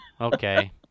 Okay